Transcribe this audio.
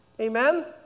Amen